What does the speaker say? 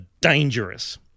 dangerous